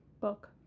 book